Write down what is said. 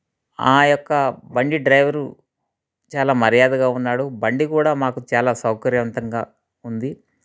ఆ యొక్క బండి డ్రైవరు చాలా మర్యాదగా ఉన్నాడు బండి కూడా మాకు చాలా సౌకర్యవంతంగా ఉంది